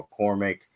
McCormick